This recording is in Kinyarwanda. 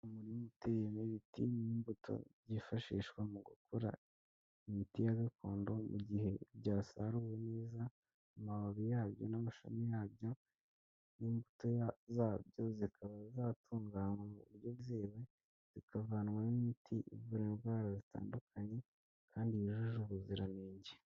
Umurima uteye nibiti n'imbuto byifashishwa mu gukora imiti ya gakondo mu gihe byasaruwe neza, amababi yabyo n'amashami yabyo n'imbuto zabyo zikaba zatunganywa mu buryo bwizewe, zikavanwamo imiti ivura indwara zitandukanye kandi yujuje ubuziranenge.